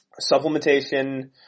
Supplementation